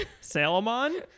Salomon